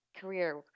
career